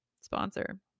sponsor